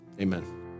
amen